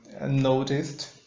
noticed